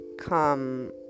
come